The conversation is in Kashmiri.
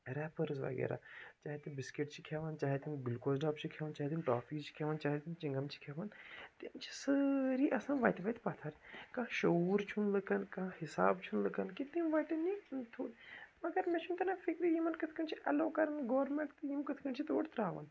ریپٲرٕز وغیرہ چاہیے تِم بِسکِٹ چھِ کھٮ۪ون چاہیے تِم گُلکوز ڈبہٕ چھِ کھٮ۪ون چاہیے تِم ٹافیٖز چھِ کھٮ۪ون چاہیے تِم چِنٛگم چھِ کھٮ۪ون تِم چھِ سٲری آسان وَتہِ وَتہِ پتھر کانٛہہ شعوٗر چھُنہٕ لُکن کانٛہہ حِساب چھُنہٕ لُکن کہِ تِم وٹٮ۪ن یہِ مگر مےٚ چھُنہٕ تران فِکری یِمن کِتھٕ کٔنۍ چھِ ایلو کَران گورمٮ۪نٛٹ یِم کِتھٕ کٔنۍ چھِ تور ترٛاوان